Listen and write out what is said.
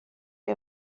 che